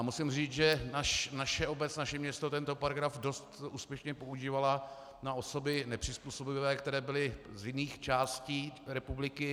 Musím říci, že naše obec, naše město tento paragraf dost úspěšně používalo na osoby nepřizpůsobivé, které byly z jiných částí republiky.